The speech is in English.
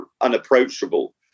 unapproachable